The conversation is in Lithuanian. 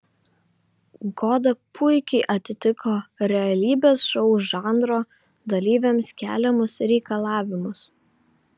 goda puikiai atitiko realybės šou žanro dalyviams keliamus reikalavimus